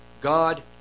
God